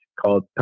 called